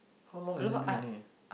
how long has it been already